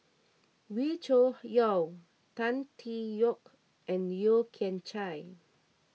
Wee Cho Yaw Tan Tee Yoke and Yeo Kian Chye